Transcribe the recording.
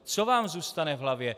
Co vám zůstane v hlavě?